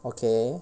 okay